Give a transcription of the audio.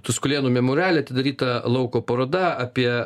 tuskulėnų memoriale atidaryta lauko paroda apie